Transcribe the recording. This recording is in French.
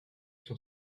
son